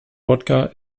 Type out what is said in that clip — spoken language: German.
wodka